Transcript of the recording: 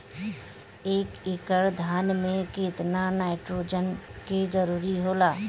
एक एकड़ धान मे केतना नाइट्रोजन के जरूरी होला?